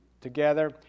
together